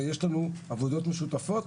ויש לנו עבודות משותפות,